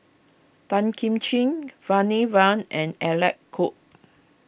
Tan Kim Ching Bani Buang and Alec Kuok